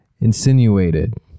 insinuated